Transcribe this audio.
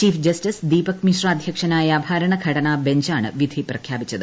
chief justice Deepak Misra അധ്യക്ഷനായ ഭരണഘടനാ ബഞ്ചാണ് വിധി പ്രഖ്യാപിച്ചത്